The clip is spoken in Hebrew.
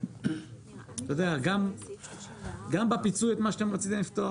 גם בפיצוי את מה שרציתם לפתוח,